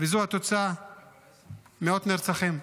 וזו התוצאה, מאות נרצחים.